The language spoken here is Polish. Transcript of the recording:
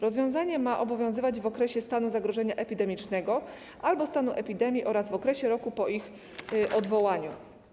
Rozwiązanie ma obowiązywać w okresie stanu zagrożenia epidemicznego albo stanu epidemii oraz w okresie roku po ich odwołaniu.